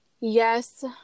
yes